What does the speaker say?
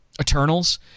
eternals